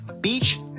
Beach